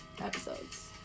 episodes